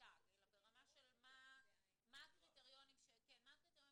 מה הקריטריונים שנדרשים: